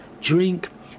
drink